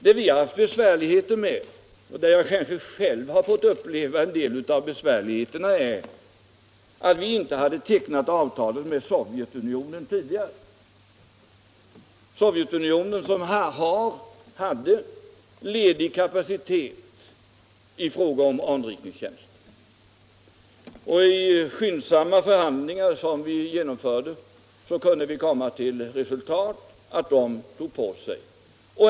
Det vi har haft besvärligheter med — och jag har själv fått uppleva en del av de besvärligheterna — är att vi inte hade tecknat avtalen med Nr 30 Sovjetunionen tidigare. Sovjetunionen hade ledig kapacitet i fråga om Torsdagen den anrikningstjänst, och i skyndsamma förhandlingar som vi genomförde 27 november 1975 med ryssarna kunde vi komma till resultatet, att de tog på sig anrikningsuppdrag åt oss.